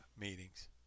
meetings